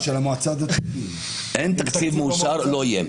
לא יהיה.